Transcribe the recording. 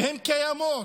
והן קיימות,